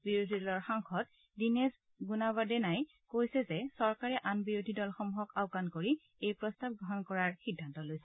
বিৰোধী দলৰ সাংসদ দীনেশ গুণাৱাডেনাই কৈছে যে চৰকাৰে আন বিৰোধী দলসমূহক আওকাণ কৰি এই প্ৰস্তাৱ গ্ৰহণ কৰাৰ সিদ্ধান্ত লৈছে